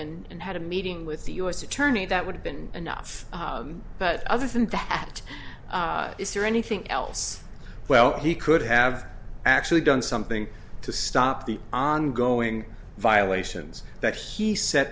and had a meeting with the u s attorney that would have been enough but other than that is there anything else well he could have actually done something to stop the ongoing violations that he set